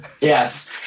Yes